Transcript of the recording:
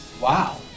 Wow